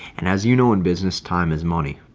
and as you know, in business time is money.